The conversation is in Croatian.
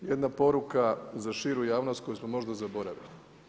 Jedna poruka za širu javnost koju smo možda zaboravili.